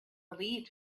relieved